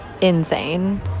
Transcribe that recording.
insane